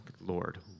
Lord